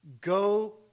Go